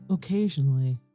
Occasionally